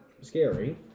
scary